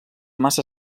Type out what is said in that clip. massa